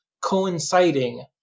coinciding